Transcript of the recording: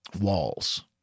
walls